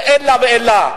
זה לעילא ולעילא.